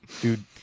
dude